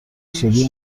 سوری